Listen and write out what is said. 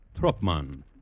Troppmann